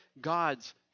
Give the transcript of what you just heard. God's